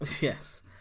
Yes